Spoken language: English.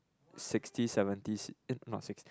sixty seventy seat eh not six